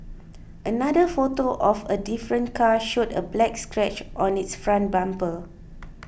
another photo of a different car showed a black scratch on its front bumper